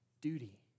duty